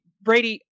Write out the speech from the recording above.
Brady